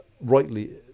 rightly